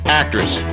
actress